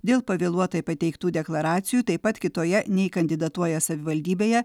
dėl pavėluotai pateiktų deklaracijų taip pat kitoje nei kandidatuoja savivaldybėje